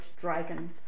dragon